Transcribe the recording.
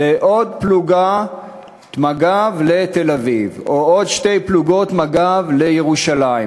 זה עוד פלוגת מג"ב לתל-אביב או עוד שתי פלוגות מג"ב לירושלים.